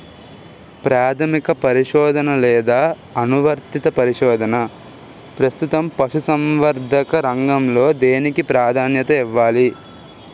ప్రాథమిక పరిశోధన లేదా అనువర్తిత పరిశోధన? ప్రస్తుతం పశుసంవర్ధక రంగంలో దేనికి ప్రాధాన్యత ఇవ్వాలి?